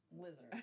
Lizard